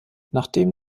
nachdem